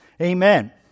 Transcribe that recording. Amen